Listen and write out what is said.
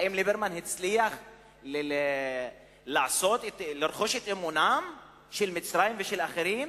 האם ליברמן הצליח לרכוש את אמונם של מצרים ושל אחרים?